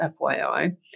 FYI